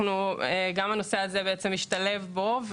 הנושא הזה השתלב בו,